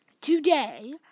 today